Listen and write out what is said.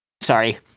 Sorry